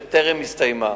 שטרם הסתיימה.